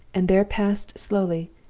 and there passed slowly,